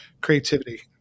creativity